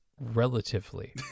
relatively